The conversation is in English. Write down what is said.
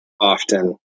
often